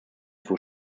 für